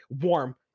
warm